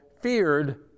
feared